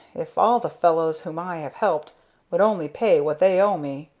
if all the fellows whom i have helped would only pay what they owe me,